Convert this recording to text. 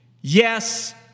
Yes